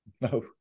No